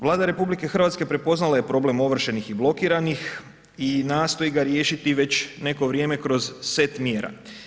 Vlada RH prepoznala je problem ovršenih i blokiranih i nastoji ga riješiti već neko vrijeme kroz set mjera.